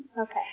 Okay